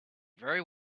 very